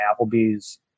applebee's